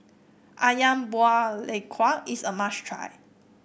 ayam Buah Keluak is a must try